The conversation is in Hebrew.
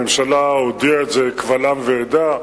הממשלה הודיעה את זה קבל עם ועדה.